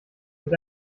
mit